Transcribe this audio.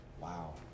wow